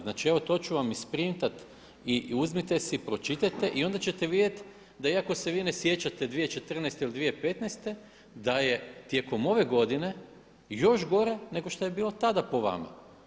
Znači evo to ću vam isprintat i uzmite si, pročitajte i onda ćete vidjeti da iako se vi ne sjećate 2014. ili 2015. da je tijekom ove godine još gore nego što je bilo tada po vama.